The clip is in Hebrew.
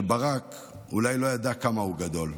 שברק אולי לא ידע כמה הוא גדול,